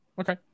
okay